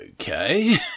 Okay